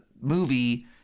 movie